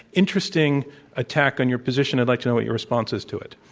interesting attack on your position. i'd like to know what your response is to it.